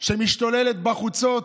שמשתוללת בחוצות,